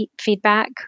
feedback